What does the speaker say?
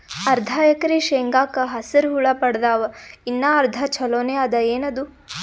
ಅರ್ಧ ಎಕರಿ ಶೇಂಗಾಕ ಹಸರ ಹುಳ ಬಡದಾವ, ಇನ್ನಾ ಅರ್ಧ ಛೊಲೋನೆ ಅದ, ಏನದು?